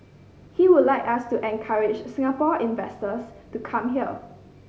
he would like us to encourage Singaporean investors to come here